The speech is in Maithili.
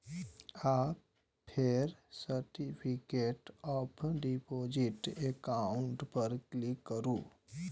आ फेर सर्टिफिकेट ऑफ डिपोजिट एकाउंट पर क्लिक करू